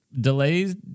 delays